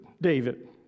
David